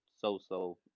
so-so